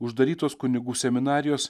uždarytos kunigų seminarijos